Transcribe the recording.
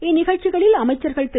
இந்நிகழ்ச்சிகளில் அமைச்சர்கள் திரு